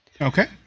Okay